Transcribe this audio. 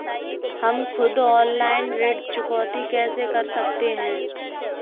हम खुद ऑनलाइन ऋण चुकौती कैसे कर सकते हैं?